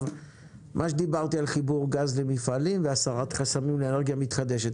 מה שדיברתי על חיבור גז למפעלים והסרת חסמים לאנרגיה מתחדשת,